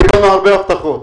קיבלנו הרבה הבטחות,